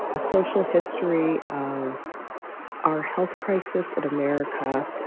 a social history of our health crisis in america.